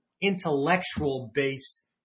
intellectual-based